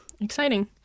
Exciting